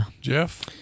Jeff